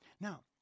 Now